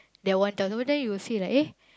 the one thousands words then you will see like eh